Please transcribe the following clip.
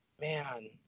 Man